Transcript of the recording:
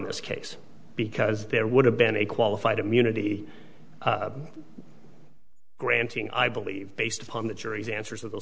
this case because there would have been a qualified immunity granting i believe based upon the jury's answers